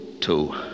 two